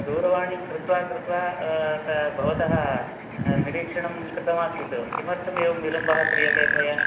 दूरवाणीं कृत्वा कृत्वा त भवतः निरीक्षणं कृतमासीत् किमर्थमेवं विलम्बः क्रियते त्वया